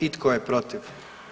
I tko je protiv?